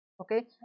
okay